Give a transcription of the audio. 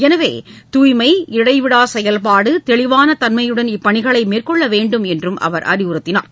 எனவே தூய்மை இடைவிடா செயல்பாடு தெளிவான தன்மையுடன் இப்பணிகளை மேற்கொள்ள வேண்டும் என அவர் அறிவுறுத்தினார்